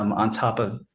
um on top of,